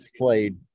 played